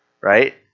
right